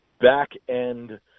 back-end